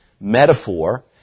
metaphor